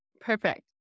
Perfect